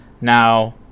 Now